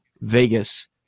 Vegas